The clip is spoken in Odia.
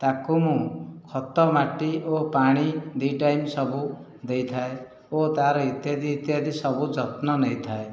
ତାକୁ ମୁଁ ଖତ ମାଟି ଓ ପାଣି ଦୁଇ ଟାଇମ୍ ସବୁ ଦେଇଥାଏ ଓ ତାର ଇତ୍ୟାଦି ଇତ୍ୟାଦି ସବୁ ଯତ୍ନ ନେଇଥାଏ